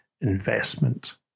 investment